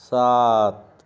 सात